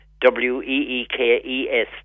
W-E-E-K-E-S